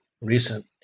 recent